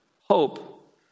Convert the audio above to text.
Hope